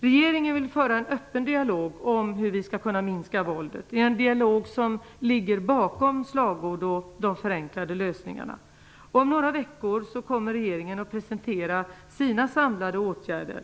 Regeringen vill föra en öppen dialog om hur vi skall minska våldet. Det är en dialog som ligger bortom slagord och de förenklade lösningarna. Om några veckor kommer regeringen att presentera sina samlade åtgärder.